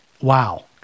Wow